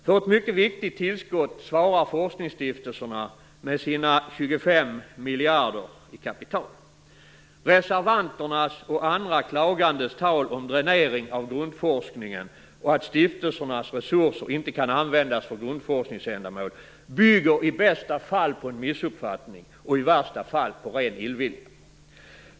För ett mycket viktigt tillskott svarar forskningsstiftelserna med sina 25 miljarder i kapital. Reservanternas och andra klagandes tal om dränering av grundforskningen och att stiftelsernas resurser inte kan användas för grundforskningsändamål bygger i bästa fall på en missuppfattning och i värsta fall på ren illvilja.